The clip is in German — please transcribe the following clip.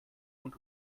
und